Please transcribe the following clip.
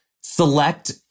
select